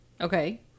Okay